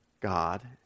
God